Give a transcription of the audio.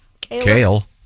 Kale